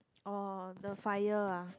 oh the fire ah